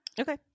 Okay